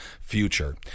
future